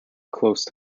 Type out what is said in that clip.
close